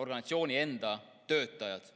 organisatsiooni enda töötajad.